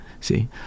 See